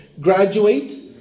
graduate